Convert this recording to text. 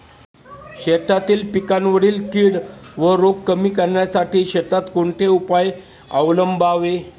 शेतातील पिकांवरील कीड व रोग कमी करण्यासाठी शेतात कोणते उपाय अवलंबावे?